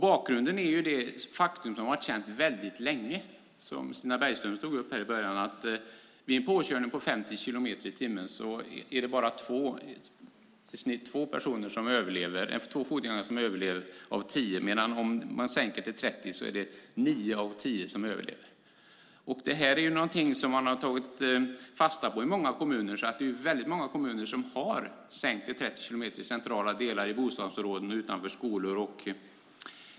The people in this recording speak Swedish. Bakgrunden är det faktum som har varit känt väldigt länge, som Stina Bergström tog upp i början av debatten, att vid en påkörning i 50 kilometer i timmen är det bara i snitt två fotgängare av tio som överlever, medan om man sänker till 30 kilometer är det nio av tio som överlever. Det här är någonting som man har tagit fasta på i många kommuner. Det är väldigt många kommuner som har sänkt till 30 kilometer i centrala delar, i bostadsområden och utanför skolor.